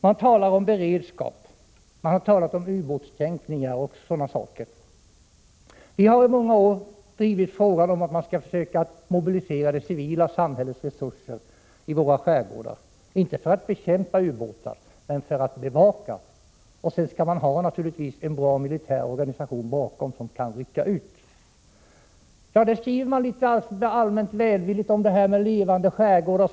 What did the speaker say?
Man talar om beredskap, man har talat om ubåtskränkningar o.d. Vi har under många år drivit synpunkten att man skall försöka mobilisera det civila samhällets resurser i skärgården, inte bara för att bekämpa ubåtar utan för att sköta bevakningen. Bakom skall det naturligtvis finnas en bra militär organisation, som kan rycka ut om det behövs. Man skriver allmänt välvilligt om en levande skärgård etc.